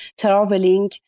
traveling